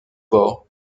port